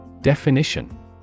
Definition